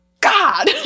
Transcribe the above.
God